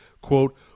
quote